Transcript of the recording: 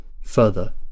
Further